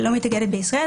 היא לא מתאגדת בישראל.